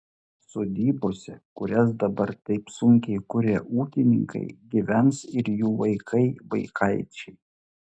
sodybose kurias dabar taip sunkiai kuria ūkininkai gyvens ir jų vaikai vaikaičiai